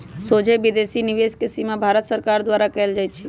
सोझे विदेशी निवेश के सीमा भारत सरकार द्वारा कएल जाइ छइ